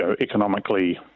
economically